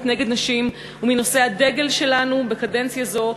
נגד נשים הוא מנושאי הדגל שלנו בקדנציה זו,